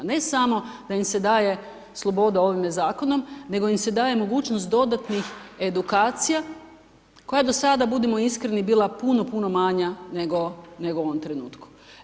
Ne samo da im se daje slobodu ovome zakonu, nego im se daje mogućnost dodatnih edukacija, koja do sada budimo iskreni bila puno puno manja nego u ovom trenutku.